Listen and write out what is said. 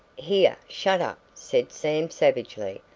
here, shut up, said sam savagely.